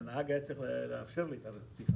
הנהג היה צריך לאשר לי את הפתיחה,